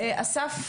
בבקשה.